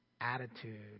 attitude